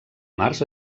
març